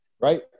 right